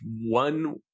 one